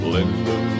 Linda